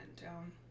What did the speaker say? down